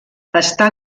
està